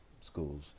schools